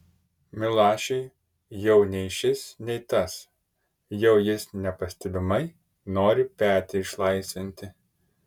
milašiui jau nei šis nei tas jau jis nepastebimai nori petį išlaisvinti